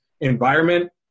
environment